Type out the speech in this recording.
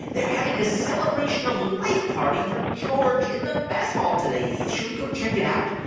they're having a celebration-of-life party for george in the mess hall today. shall we go check it out?